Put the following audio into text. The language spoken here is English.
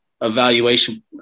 evaluation